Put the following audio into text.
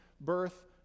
Birth